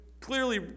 clearly